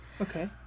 okay